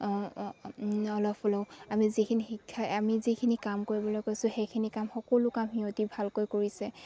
অলপ হ'লেও আমি যিখিনি শিক্ষাই আমি যিখিনি কাম কৰিবলৈ কৈছোঁ সেইখিনি কাম সকলো কাম সিহঁতি ভালকৈ কৰিছে